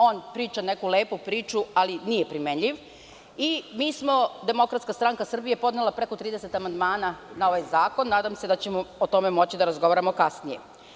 On priča neku lepu priču, ali nije primenjiv i mi smo, DSS, podneli preko 30 amandmana na ovaj zakon, nadam seda ćemo o tome moći da razgovaramo kasnije.